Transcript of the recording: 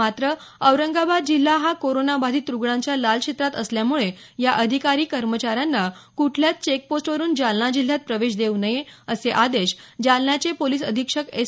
मात्र औरंगाबाद जिल्हा हा कोरोना बाधित रुग्णांच्या लाल क्षेत्रात असल्यामुळे या अधिकारी कर्मचाऱ्यांना कुठल्याच चेकपोस्टवरून जालना जिल्ह्यात प्रवेश देऊ नये असे आदेश जालन्याचे पोलीस अधीक्षक एस